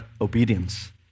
obedience